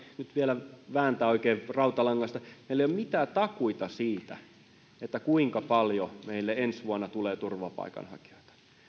nyt vielä vääntää oikein rautalangasta meillä ei ole mitään takuita siitä kuinka paljon meille ensi vuonna tulee turvapaikanhakijoita